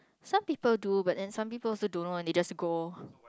some people do but then some people also don't know they just go